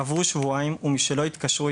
עברו שבועיים ומשלא התקשרו,